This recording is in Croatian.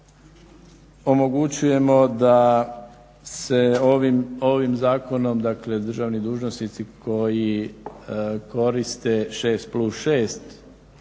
omogućujemo da se ovim zakonom državni dužnosnici koji koriste 6+6